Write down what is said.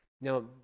Now